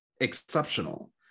exceptional